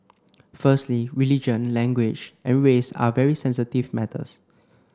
firstly religion language and race are very sensitive matters